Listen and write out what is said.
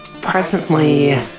Presently